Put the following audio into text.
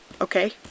okay